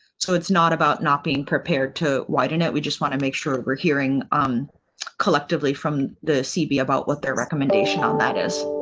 so, it's not about not being prepared to why don't we just want to make sure we're hearing collectively from the cb about what their recommendation on that is.